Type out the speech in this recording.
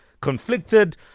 conflicted